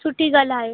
सुठी ॻाल्हि आहे